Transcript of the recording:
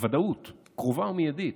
ודאות קרובה ומיידית,